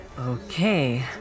Okay